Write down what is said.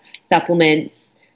supplements